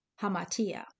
Hamatia